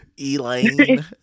Elaine